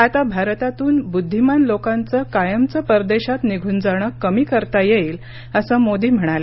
आता भारतातून बुद्धीमान लोकांचं कायमचं परदेशात निघून जाणं कमी करता येईल असं मोदी म्हणाले